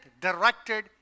directed